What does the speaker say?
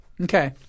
Okay